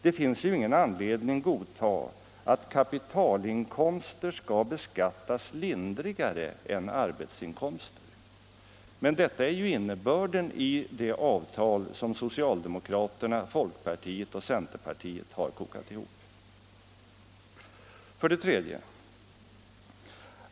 Det finns ingen anledning godta att kapitalinkomster beskattas lindrigare än arbetsinkomster. Men detta är innebörden av det avtal som socialdemokraterna, folkpartiet och centerpartiet har kokat ihop. 3.